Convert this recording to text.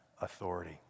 authority